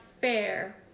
fair